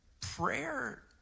prayer